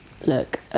look